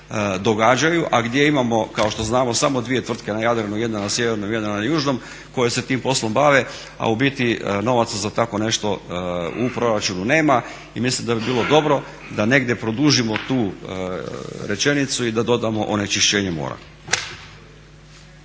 a gdje imamo kao što znamo samo dvije tvrtke na Jadranu, jedna na sjevernim, jedna na južnom, koje se tim poslom bave, a u biti novaca za tako nešto u proračunu nema. I mislim da bi bilo dobro da negdje produžimo tu rečenicu i da dodamo onečišćenje mora.